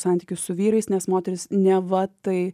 santykius su vyrais nes moterys neva tai